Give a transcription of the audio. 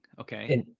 Okay